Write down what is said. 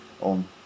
on